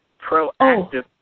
proactive